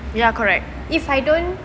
ya correct